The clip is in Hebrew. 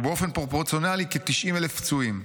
ובאופן פרופורציונלי, כ-90,000 פצועים.